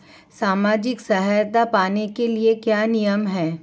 सामाजिक सहायता पाने के लिए क्या नियम हैं?